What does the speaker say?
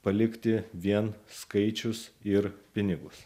palikti vien skaičius ir pinigus